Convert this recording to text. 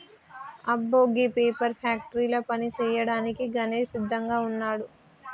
అబ్బో గీ పేపర్ ఫ్యాక్టరీల పని సేయ్యాడానికి గణేష్ సిద్దంగా వున్నాడు